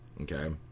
Okay